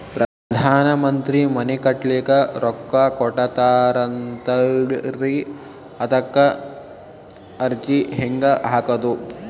ಪ್ರಧಾನ ಮಂತ್ರಿ ಮನಿ ಕಟ್ಲಿಕ ರೊಕ್ಕ ಕೊಟತಾರಂತಲ್ರಿ, ಅದಕ ಅರ್ಜಿ ಹೆಂಗ ಹಾಕದು?